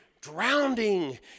drowning